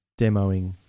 demoing